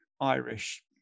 Irish